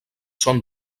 són